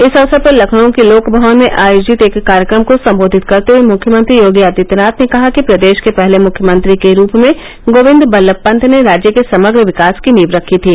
इस अवसर पर लखनऊ के लोक भवन में आयोजित एक कार्यक्रम को सम्बोधित करते हुये मुख्यमंत्री योगी आदित्यनाथ ने कहा कि प्रदेश के पहले मुख्यमंत्री के रूप में गोविन्द बल्लभ पंत ने राज्य के समग्र विकास की नींव रखी थी